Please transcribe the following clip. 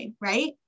right